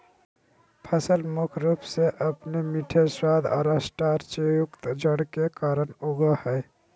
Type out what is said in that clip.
फसल मुख्य रूप से अपने मीठे स्वाद और स्टार्चयुक्त जड़ के कारन उगैय हइ